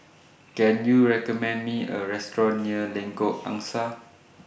Can YOU recommend Me A Restaurant near Lengkok Angsa